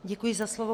Děkuji za slovo.